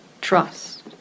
trust